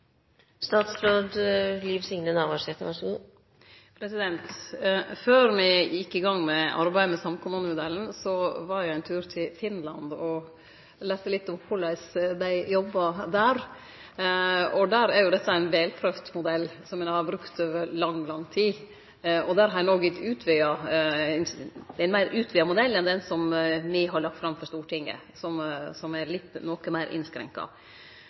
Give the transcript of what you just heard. Før me gjekk i gang med arbeidet med samkommunemodellen, var eg ein tur til Finland og leitte opp litt om korleis dei jobba der. Der er dette ein velprøvd modell, som ein har brukt over lang, lang tid, og der har ein òg ein meir utvida modell enn den som me har lagt fram for Stortinget, som er noko meir innskrenka.